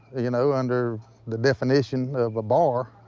you you know under the definition of a bar,